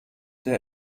der